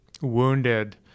wounded